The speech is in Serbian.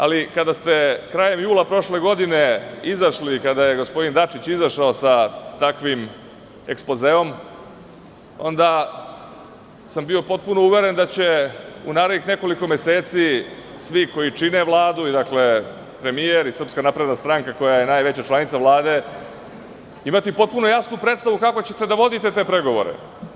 Ali, kada ste krajem jula prošle godine, izašli, kada je gospodin Dačić izašao sa takvim ekspozeom, onda sam bio potpuno uveren da će u narednih nekoliko meseci svi koji čine Vladu, premijer i SNS koja je najveća članica Vlade, imati potpuno jasnu predstavu kako ćete da vodite te pregovore.